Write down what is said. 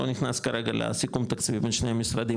לא נכנס כרגע לסיכום התקציבי בין שני המשרדים